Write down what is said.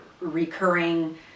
recurring